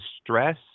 stress